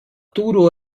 turo